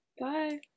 Bye